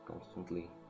constantly